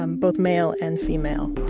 um both male and female.